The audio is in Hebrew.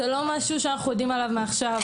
זה לא משהו שאנחנו יודעים עליו מעכשיו.